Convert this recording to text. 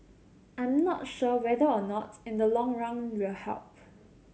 I'm not sure whether or not in the long run will help